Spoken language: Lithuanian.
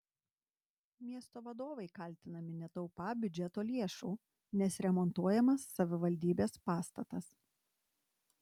miesto vadovai kaltinami netaupą biudžeto lėšų nes remontuojamas savivaldybės pastatas